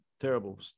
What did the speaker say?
terrible